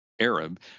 Arab